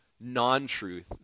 non-truth